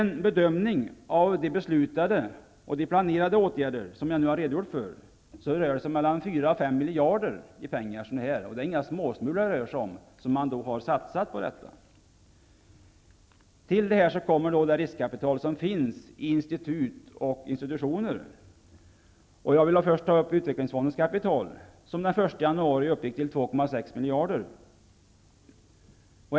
En bedömning av de beslutade och planerade åtgärder jag nu har redogjort för visar att det rör sig om mellan 4 och 5 miljarder, och det är då inga småsmulor man har satsat. Till detta kommer det riskkapital som finns i institut och institutioner. Jag vill först ta upp utvecklingsfondernas kapital, som den 1 januari uppgick till 2,6 miljarder.